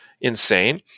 insane